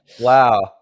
Wow